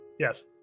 yes